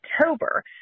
October